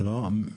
לא?